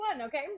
okay